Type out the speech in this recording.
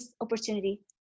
opportunity